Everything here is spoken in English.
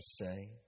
say